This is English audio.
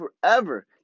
forever